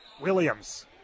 Williams